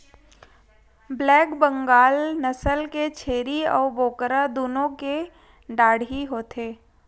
black Bengal नसल के छेरी अउ बोकरा दुनो के डाढ़ही होथे